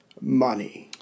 money